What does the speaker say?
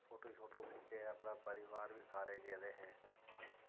photo शोटू खिच्चे अपना परिवार बी सारे गेदे हे